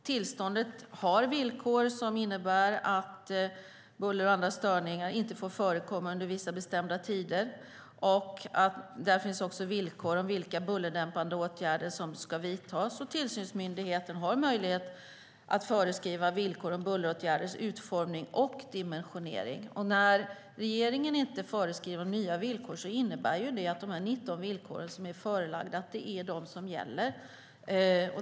Tillståndet har villkor som innebär att buller och andra störningar inte får förekomma under vissa bestämda tider. Där finns också villkor om vilka bullerdämpande åtgärder som ska vidtas. Tillsynsmyndigheten har möjlighet att föreskriva villkor om bulleråtgärders utformning och dimensionering. När regeringen inte föreskriver nya villkor innebär det att de 19 villkor som är förelagda är de som gäller.